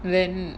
then